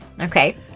okay